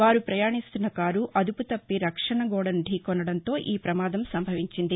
వారు పయాణిస్తున్న కారు అదుపుతప్పి రక్షణ గోడను ధీకొనడంతో ఈ ప్రమాదం సంభవించింది